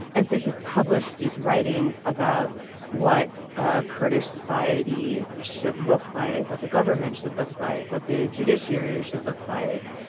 and so he's published these writings about what ah kurdish society should look like what the government should look like what the judiciary should look like.